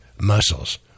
muscles